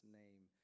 name